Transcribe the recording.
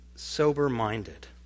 Sober-minded